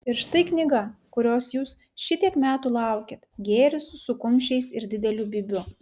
ir štai knyga kurios jūs šitiek metų laukėt gėris su kumščiais ir dideliu bybiu